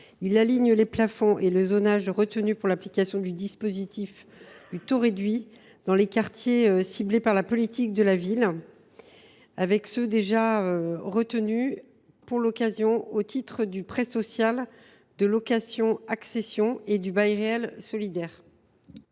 d’aligner les plafonds et le zonage retenus pour l’application du dispositif de taux réduit dans les quartiers ciblés par la politique de la ville avec ceux qui sont déjà retenus pour l’accession au titre du prêt social de location accession et du bail réel solidaire.